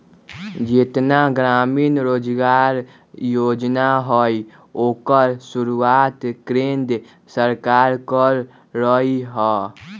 जेतना ग्रामीण रोजगार योजना हई ओकर शुरुआत केंद्र सरकार कर लई ह